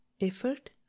Effort